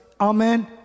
Amen